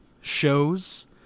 shows